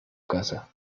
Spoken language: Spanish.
casa